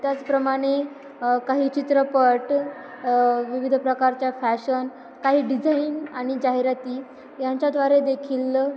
त्याचप्रमाणे काही चित्रपट विविध प्रकारच्या फॅशन काही डिझाईन आणि जाहिराती यांच्याद्वारे देखील